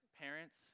parents